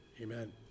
amen